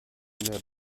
der